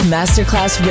Masterclass